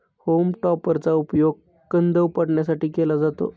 home टॉपरचा उपयोग कंद उपटण्यासाठी केला जातो